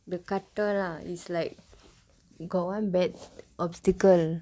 the கட்டம்:katdam lah is like got one bad obstacle